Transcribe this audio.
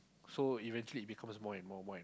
so eventually it becomes more and more more and